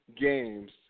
games